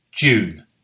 June